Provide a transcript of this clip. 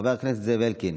חבר הכנסת אלקין.